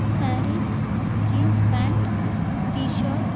sarees jeans pant T shirt